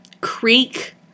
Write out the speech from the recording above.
creek